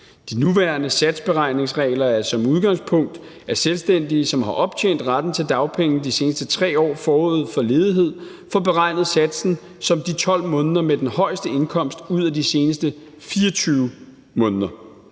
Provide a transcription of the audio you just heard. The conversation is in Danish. De nuværende satsberegningsregler er som udgangspunkt, at selvstændige, som har optjent retten til dagpenge de seneste 3 år forud for ledighed, får beregnet satsen som de 12 måneder med den højeste indkomst ud af de seneste 24 måneder.